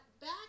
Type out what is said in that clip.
back